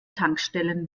tankstellen